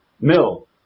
mill